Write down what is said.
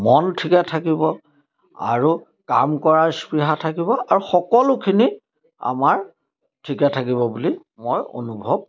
মন ঠিকে থাকিব আৰু কাম কৰাৰ স্পৃহা থাকিব আৰু সকলোখিনি আমাৰ ঠিকে থাকিব বুলি মই অনুভৱ